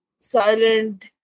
silent